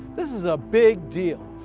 this is a big deal,